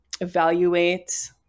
evaluate